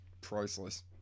priceless